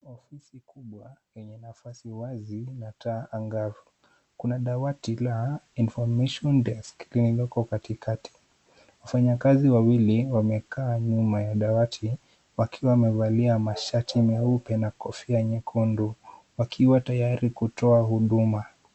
Ofisi kubwa lenye nafasi wazi na taa angavu. Kuna dawati la information desk lililoko katikati. Wafanyakazi wawili wamekaa nyuma ya dawati, wakiwa wamevalia mashati meupe na kofia nyekundu, wakiwa tayari kutoa huduma.